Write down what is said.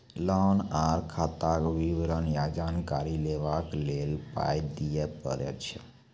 Loan आर खाताक विवरण या जानकारी लेबाक लेल पाय दिये पड़ै छै?